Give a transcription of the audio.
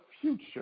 future